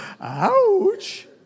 ouch